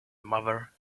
mother